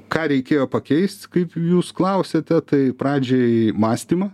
ką reikėjo pakeist kaip jūs klausiate tai pradžiai mąstymą